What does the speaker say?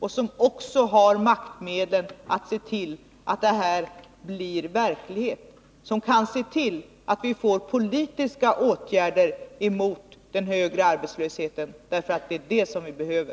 De har också maktmedel att se till att politiska åtgärder vidtas emot den högre arbetslösheten. Det är det som behövs.